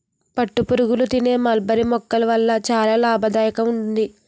పట్టుపురుగులు తినే మల్బరీ మొక్కల వల్ల చాలా లాభదాయకంగా ఉంది